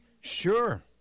Sure